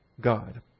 God